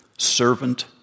Servant